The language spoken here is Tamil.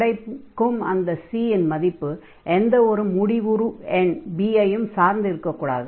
கிடைக்கும் அந்த C இன் மதிப்பு எந்த ஒரு முடிவுறு எண் b ஐயும் சார்ந்து இருக்கக்கூடாது